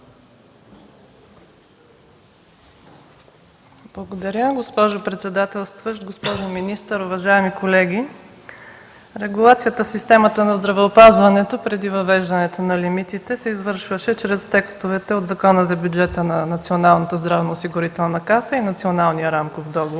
Благодаря, госпожо председателстваща. Госпожо министър, уважаеми колеги! Регулацията в системата на здравеопазването преди въвеждането на лимитите се извършваше чрез текстовете от Закона за бюджета на Националната здравноосигурителна каса и Националния рамков договор.